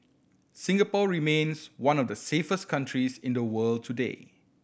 Singapore remains one of the safest countries in the world today